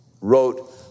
wrote